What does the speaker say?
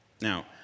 Now